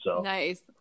Nice